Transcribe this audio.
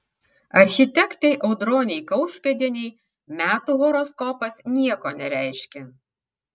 architektei audronei kaušpėdienei metų horoskopas nieko nereiškia